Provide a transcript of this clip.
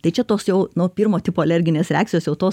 tai čia toks jau nu pirmo tipo alerginės reakcijos jau tos